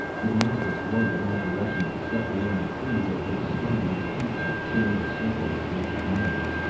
the ground was white in all directions, except around the tree where his stumbling feet had churned a circle of black mud.